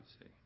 see